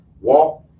walk